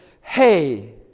hey